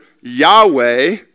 Yahweh